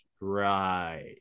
right